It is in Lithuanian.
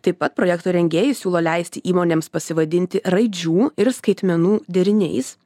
taip pat projekto rengėjai siūlo leisti įmonėms pasivadinti raidžių ir skaitmenų deriniais